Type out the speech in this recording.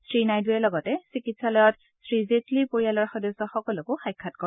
শ্ৰীনাইডুৱে লগতে চিকিৎসালয়ত শ্ৰীজেটলীৰ পৰিয়লৰ সদস্যসকলো সাক্ষাৎ কৰে